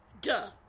duh